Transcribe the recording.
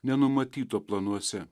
nenumatyto planuose